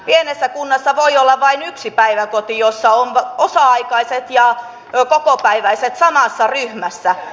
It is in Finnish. pienessä kunnassa voi olla vain yksi päiväkoti jossa on osa aikaiset ja kokopäiväiset samassa ryhmässä